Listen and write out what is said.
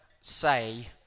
say